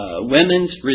women's